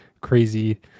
crazy